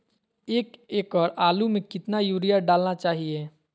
एक एकड़ आलु में कितना युरिया डालना चाहिए?